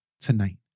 tonight